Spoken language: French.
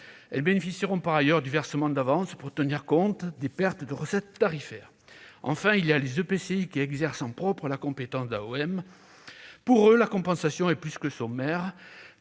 Elles bénéficieront par ailleurs du versement d'avances pour tenir compte des pertes de recettes tarifaires. Enfin, le troisième régime s'applique aux EPCI qui exercent en propre la compétence d'AOM. Pour eux, la compensation est plus que sommaire